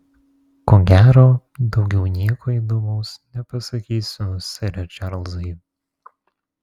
ko gero daugiau nieko įdomaus nepasakysiu sere čarlzai